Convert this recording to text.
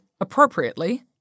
appropriately